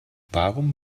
warum